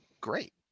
Great